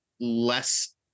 less